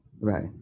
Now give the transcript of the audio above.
right